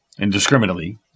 indiscriminately